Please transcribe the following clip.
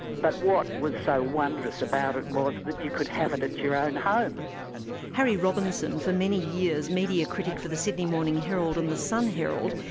but what was so wondrous about it was that you could have it at your own home. harry robinson, for many years media critic for the sydney morning herald and the sun-herald,